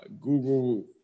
Google